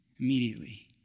immediately